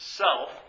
self